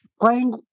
playing